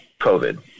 COVID